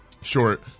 short